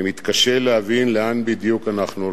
אני מתקשה להבין לאן בדיוק אנחנו הולכים,